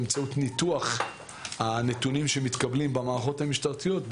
באמצעות ניתוח הנתונים שמתקבלים במערכות המשטרתיות,